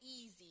easy